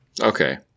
Okay